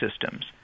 systems